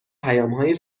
پیامهای